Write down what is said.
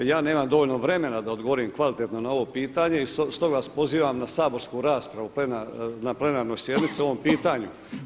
Ja nemam dovoljno vremena da odgovorim kvalitetno na ovo pitanje i stoga vas pozivam na saborsku raspravu na plenarnoj sjednici o ovom pitanju.